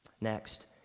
Next